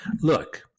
Look